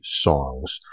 songs